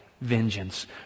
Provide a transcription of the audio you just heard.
vengeance